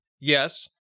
Yes